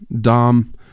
Dom